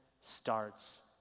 starts